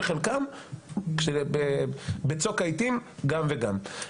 וחלקם בצוק העיתים גם וגם.